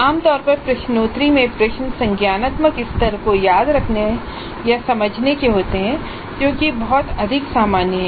आमतौर पर प्रश्नोत्तरी में प्रश्न संज्ञानात्मक स्तर को याद रखने या समझने के होते हैं जो कि बहुत अधिक सामान्य है